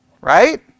Right